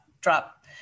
drop